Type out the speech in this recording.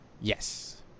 Yes